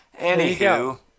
Anywho